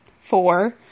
four